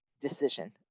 decision